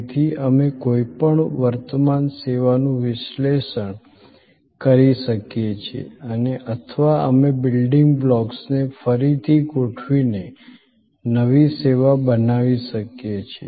તેથી અમે કોઈપણ વર્તમાન સેવાનું વિશ્લેષણ કરી શકીએ છીએ અથવા અમે બિલ્ડિંગ બ્લોક્સને ફરીથી ગોઠવીને નવી સેવા બનાવી શકીએ છીએ